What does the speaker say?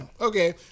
okay